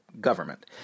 government